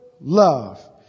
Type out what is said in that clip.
love